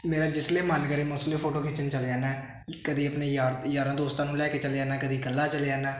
ਮੇਰਾ ਜਿਸ ਲਈ ਮਨ ਕਰੇ ਮੈਂ ਉਸ ਲਈ ਫੋਟੋ ਖਿੱਚਣ ਚਲੇ ਜਾਂਦਾ ਕਦੀ ਆਪਣੇ ਯਾਰ ਦੀ ਯਾਰਾ ਦੋਸਤਾਂ ਨੂੰ ਲੈ ਕੇ ਚਲੇ ਜਾਂਦਾ ਕਦੀ ਇਕੱਲਾ ਚਲੇ ਜਾਂਦਾ